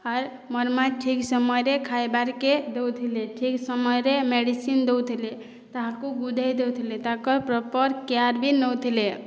ଆର୍ ମୋର୍ ମା' ଠିକ୍ ସମୟରେ ଖାଇବାର୍କେ ଦଉଥିଲେ ଠିକ୍ ସମୟରେ ମେଡ଼ିସିନ୍ ଦଉଥିଲେ ତାଙ୍କୁ ଗୁଧେଇ ନଉଥିଲେ ତାଙ୍କର୍ ପ୍ରପର୍ କେୟାର୍ ବି ନଉଥିଲେ